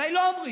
עליי לא אומרים,